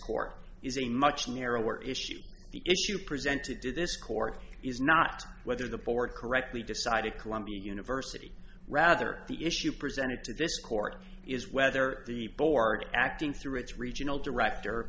court is a much narrower issue the issue present to do this court is not whether the board correctly decided columbia university rather the issue presented to this court is whether the board acting through its regional director